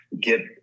get